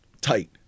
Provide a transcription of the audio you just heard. tight